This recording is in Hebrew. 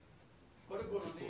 קודם כל אני